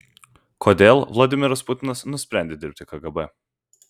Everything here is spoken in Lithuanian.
kodėl vladimiras putinas nusprendė dirbti kgb